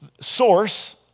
source